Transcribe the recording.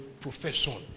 profession